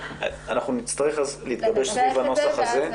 נצטרך להתגבש סביב הנוסח הזה.